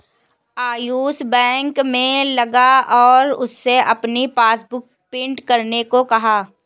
Ayush bank में गया और उससे अपनी पासबुक प्रिंट करने को कहा